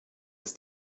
des